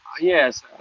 Yes